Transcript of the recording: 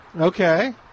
Okay